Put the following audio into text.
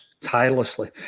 tirelessly